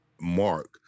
mark